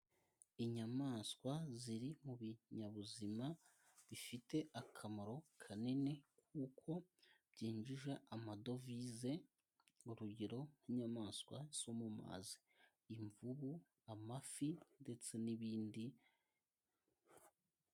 Inyamaswa ziri mu binyabuzima bifite akamaro kanini kuko byinjija amadovize. Urugero nk'inyamaswa zo mu mazi imvubu, amafi ndetse n'ibindi.